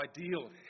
ideal